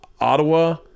Ottawa